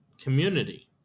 community